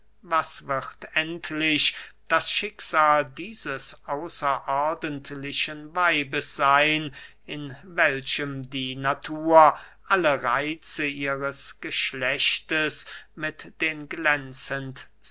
was wird endlich das schicksal dieses außerordentlichen weibes seyn in welchem die natur alle reitze ihres geschlechts mit den